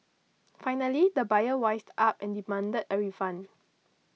finally the buyer wised up and demanded a refund